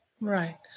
Right